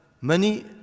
money